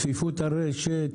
צפיפות הרשת,